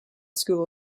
school